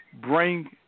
bring